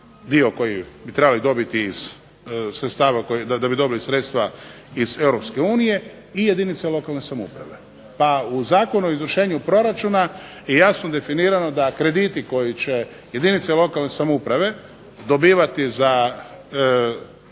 dio koji bi trebali dobiti iz sredstava da bi dobili sredstva iz EU i jedinica lokalne samouprave. Pa u Zakonu o izvršenju proračuna jasno je definirano da krediti koji će jedinice lokalne samouprave dobivati kao